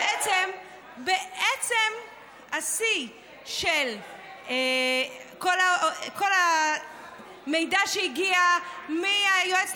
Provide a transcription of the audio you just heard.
בעצם השיא של כל המידע שהגיע מהיועצת